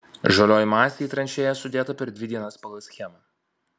žalioji masė į tranšėjas sudėta per dvi dienas pagal schemą